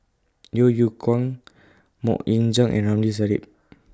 Yeo Yeow Kwang Mok Ying Jang and Ramli Sarip